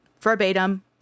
verbatim